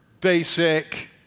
basic